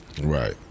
right